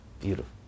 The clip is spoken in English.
beautiful